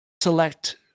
select